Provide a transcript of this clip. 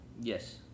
Yes